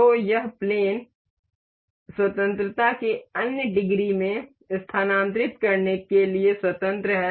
तो यह प्लेन स्वतंत्रता के अन्य डिग्री में स्थानांतरित करने के लिए स्वतंत्र है